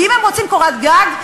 כי אם הם רוצים קורת גג,